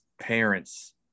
parents